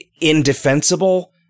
indefensible